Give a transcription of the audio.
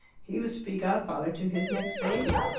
he was to be godfather to his next baby.